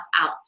out